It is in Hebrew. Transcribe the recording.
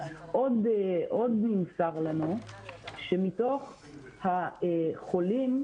עוד נמסר לנו שמתוך החולים,